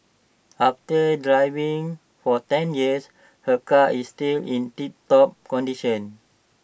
after driving for ten years her car is still in tiptop condition